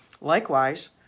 Likewise